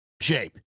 shape